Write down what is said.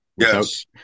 Yes